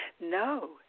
No